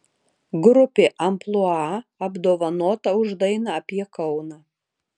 grupė amplua apdovanota už dainą apie kauną